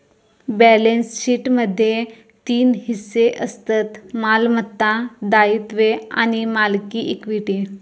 balance शीटमध्ये तीन हिस्से असतत मालमत्ता, दायित्वे आणि मालकी इक्विटी